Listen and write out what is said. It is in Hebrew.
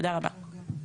תודה רבה.